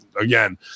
again